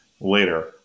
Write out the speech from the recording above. later